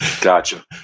Gotcha